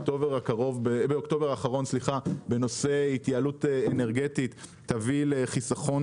באוקטובר האחרון בנושא התייעלות אנרגטית תביא לחיסכון